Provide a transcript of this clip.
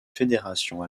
fédération